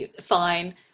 fine